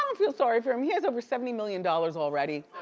um feel sorry for him. he has over seventy million dollars already.